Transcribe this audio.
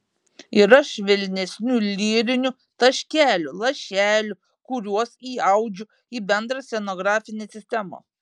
yra švelnesnių lyrinių taškelių lašelių kuriuos įaudžiu į bendrą scenografinę sistemą